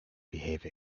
behave